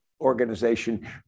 organization